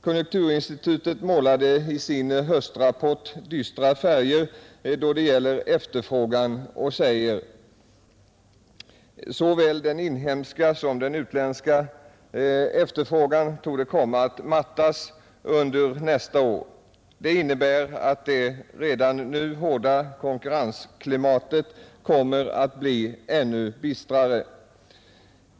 Konjunkturinstitutet målade i sin höstrapport dystra färger då det gäller efterfrågan och sade, att såväl den inhemska som den utländska efterfrågan torde komma att mattas under nästa år. Detta innebär, att det redan nu hårda konkurrensklimatet kommer att bli än bistrare.